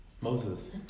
Moses